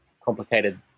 complicated